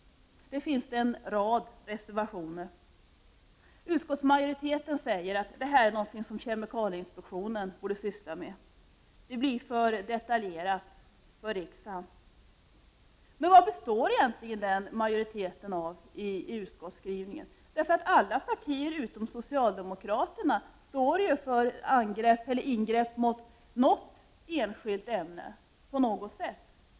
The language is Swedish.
Det finns här en rad reservationer. Utskottsmajoriteten säger att det här är något som kemikalieinspektionen borde syssla med — det blir för detaljerat för riksdagen. Men vad består egentligen den utskottsmajoritet av som står bakom utskottsskrivningen? Alla partier utom socialdemokraterna är ju för ingrepp mot något enskilt ämne på något sätt.